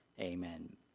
amen